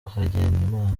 hagenimana